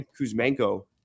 Kuzmenko